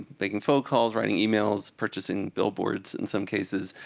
making phone calls, writing emails, purchasing billboards in some cases.